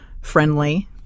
friendly